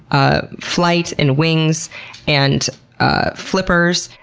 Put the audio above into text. ah flight in wings and flippers.